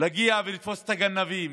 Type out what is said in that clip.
להגיע ולתפוס את הגנבים.